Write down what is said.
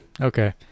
okay